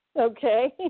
Okay